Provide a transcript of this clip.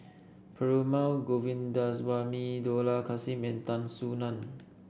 Perumal Govindaswamy Dollah Kassim and Tan Soo Nan